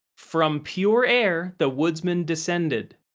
from pure air, the woodsmen descended.